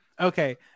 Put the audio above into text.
okay